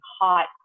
hot